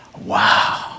wow